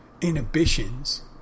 inhibitions